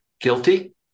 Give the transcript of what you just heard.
guilty